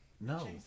No